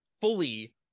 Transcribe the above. fully